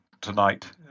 tonight